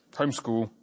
homeschool